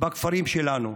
בכפרים שלנו,